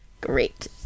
Great